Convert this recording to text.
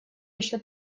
еще